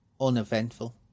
uneventful